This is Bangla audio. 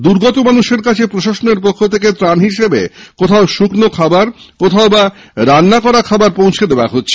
দুর্গত মানুষদের কাছে প্রশাসনের পক্ষ থেকে ত্রাণ হিসেবে কোথাও শুকনো খাবার কোথাওবা রান্না করা খাবার পৌঁছে দেওয়া হচ্ছে